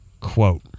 quote